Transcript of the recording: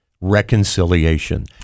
reconciliation